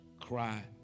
cry